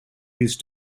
these